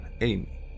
Amy